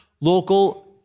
local